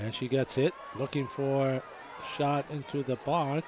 and she gets it looking for shot into the b